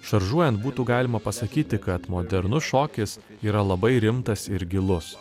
šaržuojant būtų galima pasakyti kad modernus šokis yra labai rimtas ir gilus